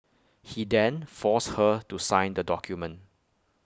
he then forced her to sign the document